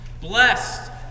blessed